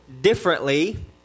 differently